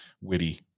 witty